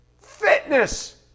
Fitness